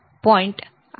85 49